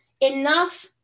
enough